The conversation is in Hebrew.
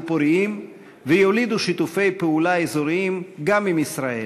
פוריים ויולידו שיתופי פעולה אזוריים גם עם ישראל.